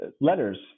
letters